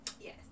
yes